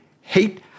hate